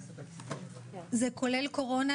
זה כולל קורונה,